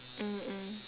mm mm